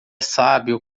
sábio